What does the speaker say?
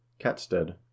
Catstead